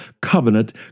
covenant